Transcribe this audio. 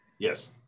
Yes